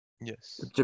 Yes